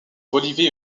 bolivie